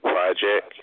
Project